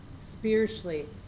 spiritually